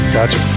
Gotcha